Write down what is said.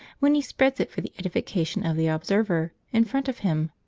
when he spreads it for the edification of the observer in front of him,